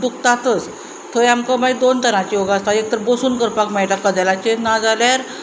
दुखतातच थंय आमकां मागीर दोन तरांचें योगा आसता एक तर बसून करपाक मेळटा कदेलाचेर नाजाल्यार